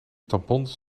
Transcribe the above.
tampons